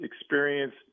experience